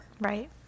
Right